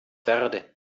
verde